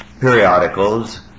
periodicals